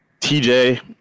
TJ